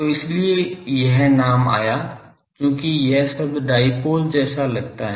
तो इसीलिए यह नाम आया चूँकि यह शब्द डायपोल शब्द जैसा लगता है